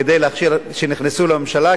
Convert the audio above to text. כדי להכשיר את זה שנכנסו לממשלה,